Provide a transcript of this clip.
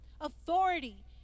authority